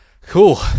Cool